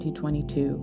2022